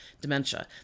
dementia